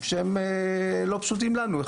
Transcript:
שהם לא פשוטים לנו: